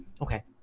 okay